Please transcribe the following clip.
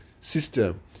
system